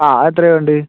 ആ അതെത്രയാ വേണ്ടത്